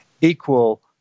equal